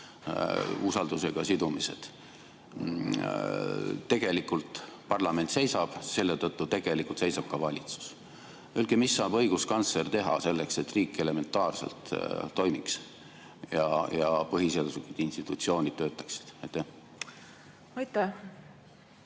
usaldusega sidumised. Tegelikult parlament seisab selle tõttu, tegelikult seisab ka valitsus. Öelge, mida saab õiguskantsler teha selleks, et riik elementaarselt toimiks ja põhiseaduslikud institutsioonid töötaksid.